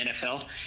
NFL